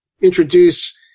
introduce